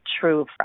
true